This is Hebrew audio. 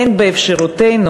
אין באפשרותנו,